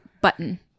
button